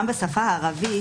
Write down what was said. גם בשפה הערבית